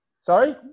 Sorry